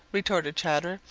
retorted chatterer,